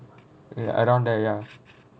ye~ around there ya